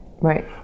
right